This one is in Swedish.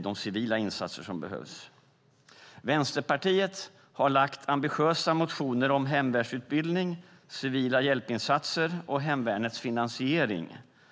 de civila insatser som behövs. Vänsterpartiet har väckt ambitiösa motioner om hemvärnsutbildning, civila hjälpinsatser och hemvärnets finansiering.